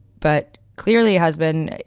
but clearly has been,